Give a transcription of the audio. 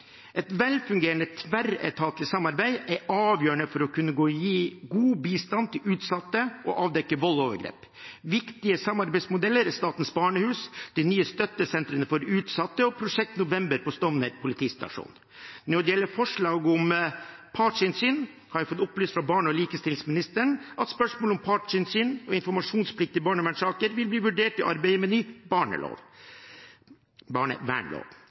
Et velfungerende tverretatlig samarbeid er avgjørende for å kunne gi god bistand til utsatte og avdekke vold og overgrep. Viktige samarbeidsmodeller er Statens barnehus, de nye støttesentrene for utsatte og Prosjekt November på Stovner politistasjon. Når det gjelder forslag om partsinnsyn, har jeg fått opplyst av barne- og likestillingsministeren at spørsmålet om partsinnsyn og informasjonsplikt i barnevernssaker vil bli vurdert i arbeidet med en ny barnevernlov.